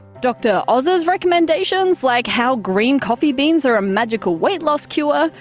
dr oz's recommendations, like how green coffee beans are a magic weight loss cure,